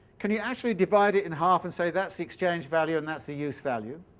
can you actually divide it in half and say that's the exchange-value and that's the use-value?